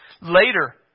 Later